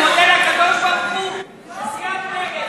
אני מודה לקדוש-ברוך-הוא שסיעת מרצ,